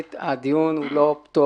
כמו שאמרו כבר, הדיון הוא לא פטור.